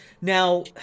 Now